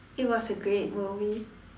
it was a great movie